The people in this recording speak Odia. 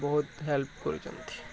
ବହୁତ ହେଲ୍ପ୍ କରିଛନ୍ତି